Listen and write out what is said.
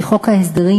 כי חוק ההסדרים,